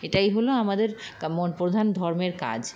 এটাই হলো আমাদের কা মন প্রধান ধর্মের কাজ